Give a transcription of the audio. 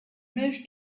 mèche